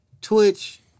Twitch